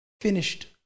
finished